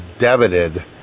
debited